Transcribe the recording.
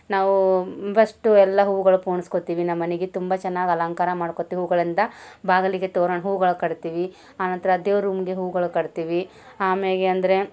ನಾವು ಫಸ್ಟು ಎಲ್ಲ ಹೂವುಗಳು ಪೋಣಿಸ್ಕೊತೀವಿ ನಮ್ಮ ಮನೆಗೆ ತುಂಬ ಚೆನ್ನಾಗಿ ಅಲಂಕಾರ ಮಾಡ್ಕೊತೀವಿ ಹೂಗಳಿಂದ ಬಾಗಿಲಿಗೆ ತೋರಣ ಹೂಗಳು ಕಟ್ತೀವಿ ಆನಂತರ ದೇವ್ರ ರೂಮ್ಗೆ ಹೂಗಳು ಕಟ್ತೀವಿ ಆಮ್ಯಾಲೆ ಅಂದರೆ